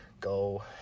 go